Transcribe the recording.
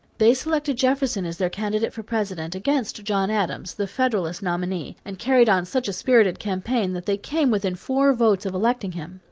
they selected jefferson as their candidate for president against john adams, the federalist nominee, and carried on such a spirited campaign that they came within four votes of electing him.